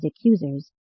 accusers